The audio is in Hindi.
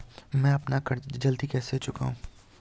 मैं अपना कर्ज जल्दी कैसे चुकाऊं?